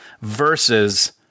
versus